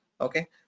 okay